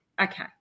okay